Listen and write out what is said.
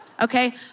Okay